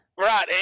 Right